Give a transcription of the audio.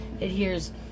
adheres